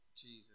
jesus